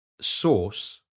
Source